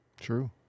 True